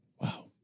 Wow